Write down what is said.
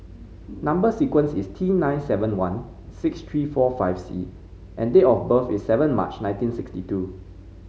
number sequence is T nine seven one six three four five C and date of birth is seven March nineteen sixty two